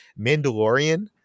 Mandalorian